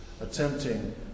attempting